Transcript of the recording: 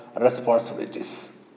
responsibilities